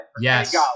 Yes